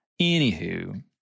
Anywho